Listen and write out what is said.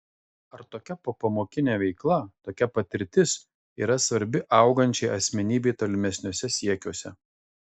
ar tokia popamokinė veikla tokia patirtis yra svarbi augančiai asmenybei tolimesniuose siekiuose